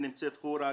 בשטח נמצאת חורה,